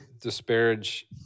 disparage